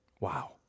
Wow